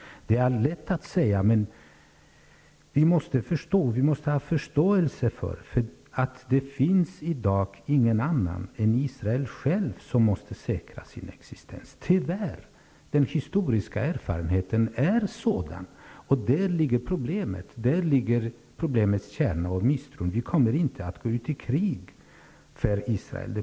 Det är lätt att säga, men vi måste ha förståelse för att det i dag inte finns någon annan än Israel som måste säkra Israels existens -- tyvärr. Den historiska erfarenheten är sådan. Där finns problemets kärna och misstron. Vi kommer inte att gå ut i krig för Israel.